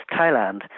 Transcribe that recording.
Thailand